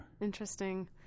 Interesting